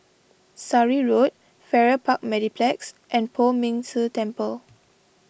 Surrey Road Farrer Park Mediplex and Poh Ming Tse Temple